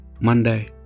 Monday